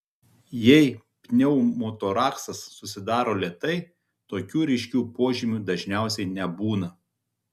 jei pneumotoraksas susidaro lėtai tokių ryškių požymių dažniausiai nebūna